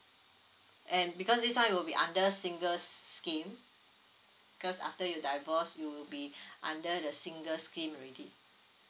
and because this one it will be under single's scheme because after you divorce you will be under the single's scheme already